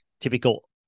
Typical